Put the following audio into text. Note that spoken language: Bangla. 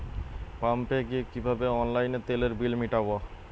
পাম্পে গিয়ে কিভাবে অনলাইনে তেলের বিল মিটাব?